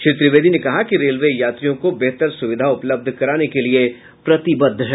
श्री त्रिवेदी ने कहा कि रेलवे यात्रियों को बेहतर सुविधा उपलब्ध कराने के लिये प्रतिबद्ध है